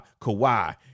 Kawhi